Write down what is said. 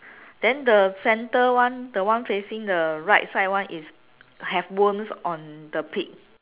then the center one the one facing the right side one is has worms on the pig